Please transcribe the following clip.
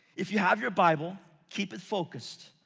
if you have your bible, keep it focused.